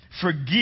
forgive